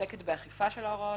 שעוסקת באכיפה של ההוראות,